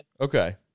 Okay